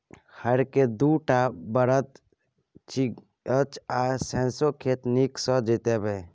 हर केँ दु टा बरद घीचय आ सौंसे खेत नीक सँ जोताबै